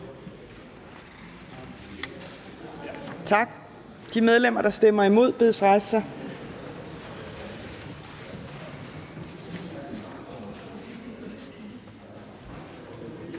Tak. De medlemmer, der stemmer imod, bedes rejse sig.